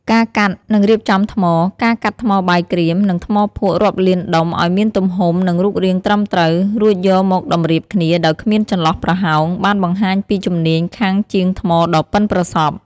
ការកាត់ និងរៀបចំថ្ម ការកាត់ថ្មបាយក្រៀម និងថ្មភក់រាប់លានដុំឱ្យមានទំហំ និងរូបរាងត្រឹមត្រូវ រួចយកមកតម្រៀបគ្នាដោយគ្មានចន្លោះប្រហោង បានបង្ហាញពីជំនាញខាងជាងថ្មដ៏ប៉ិនប្រសប់។